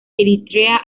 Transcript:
eritrea